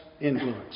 influence